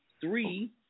three